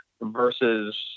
versus